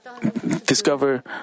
discover